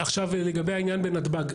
לגבי העניין בנתב"ג,